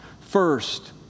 first